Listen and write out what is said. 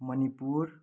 Manipur